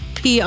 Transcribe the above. PR